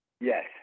Yes